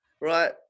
right